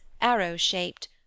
arrow-shaped